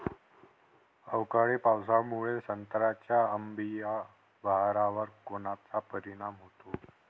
अवकाळी पावसामुळे संत्र्याच्या अंबीया बहारावर कोनचा परिणाम होतो?